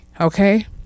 okay